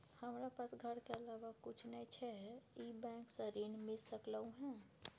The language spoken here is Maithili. हमरा पास घर के अलावा कुछ नय छै ई बैंक स ऋण मिल सकलउ हैं?